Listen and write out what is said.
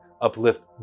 uplift